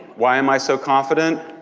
why am i so confident?